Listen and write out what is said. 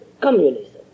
communism